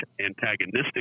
antagonistic